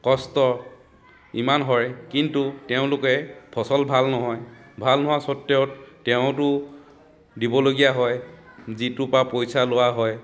কষ্ট ইমান হয় কিন্তু তেওঁলোকে ফচল ভাল নহয় ভাল নোহোৱা স্বত্বেও তেওঁতো দিবলগীয়া হয় যিটোৰ পৰা পইচা লোৱা হয়